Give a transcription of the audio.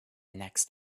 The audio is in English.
next